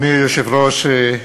אדוני היושב-ראש,